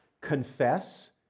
confess